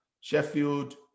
Sheffield